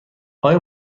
آیا